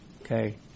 okay